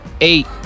Eight